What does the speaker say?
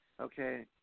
Okay